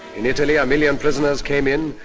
in italy, a million prisoners came in,